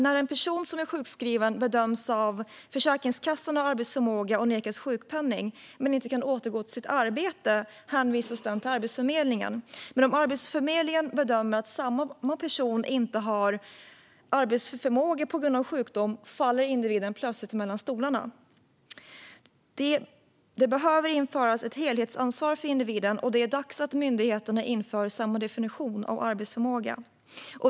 När en person som är sjukskriven bedöms av Försäkringskassan ha arbetsförmåga och nekas sjukpenning, men inte kan återgå till sitt arbete, hänvisas den till Arbetsförmedlingen. Om Arbetsförmedlingen bedömer att samma person inte har arbetsförmåga på grund av sjukdom faller individen plötsligt mellan stolarna. Det behöver införas ett helhetsansvar för individen, och det är dags att myndigheterna inför samma definition av arbetsförmåga.